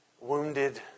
wounded